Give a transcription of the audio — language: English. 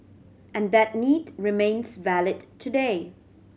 and that need remains valid today